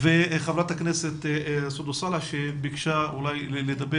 וחברת הכנסת סונדס סאלח שביקשה לדבר